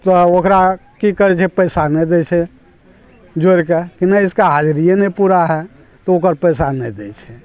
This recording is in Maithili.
तऽ ओकरा की करै छै पैसा नहि दै छै जोड़िके कि नहि इसका हाजिरिये नहि पूरा है तऽ ओकर पैसा नहि दै छै